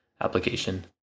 application